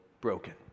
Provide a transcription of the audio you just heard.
broken